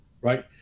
right